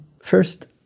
First